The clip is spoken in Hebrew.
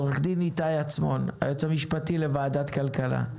עו"ד איתי עצמון, היועץ המשפטי לוועדת כלכלה.